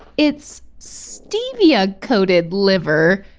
it's stevia-coated liver,